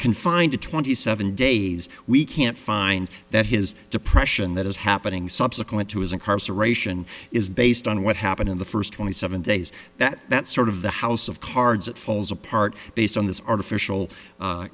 confined to twenty seven days we can't find that his depression that is happening subsequent to his incarceration is based on what happened in the first twenty seven days that that sort of the house of cards falls apart based on this artificial